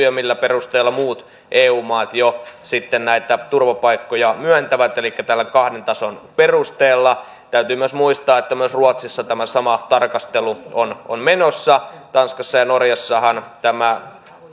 ja millä perusteella muut eu maat jo näitä turvapaikkoja myöntävät elikkä tällä kahden tason perusteella täytyy myös muistaa että myös ruotsissa tämä sama tarkastelu on on menossa tanskassa ja norjassahan tämä